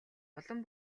улам